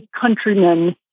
countrymen